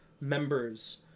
members